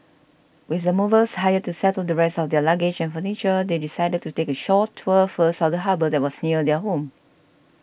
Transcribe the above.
with the movers hired to settle the rest of their luggage and furniture they decided to take a short tour first of the harbour that was near their home